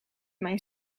mijn